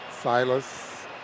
Silas